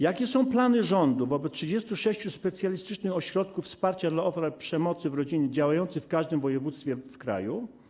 Jakie są plany rządu wobec 36 specjalistycznych ośrodków wsparcia dla ofiar przemocy w rodzinie, działających w każdym województwie w kraju?